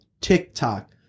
tiktok